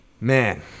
man